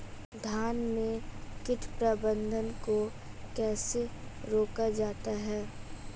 धान में कीट प्रबंधन को कैसे रोका जाता है?